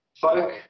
Folk